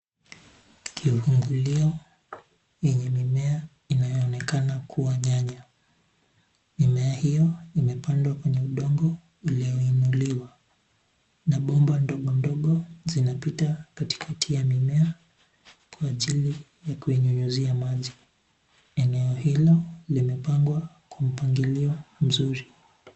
Kihungulio yenye mimea inayoonekana kuwa nyanya. Mimea hiyo imepandwa kwenye udongo ulioinuliwa na bomba ndogo ndogo zinapita katikati ya mimea kwa ajili ya kuinyunyizia maji. Eneo hilo limepangwa kwa mpangilio mzuri.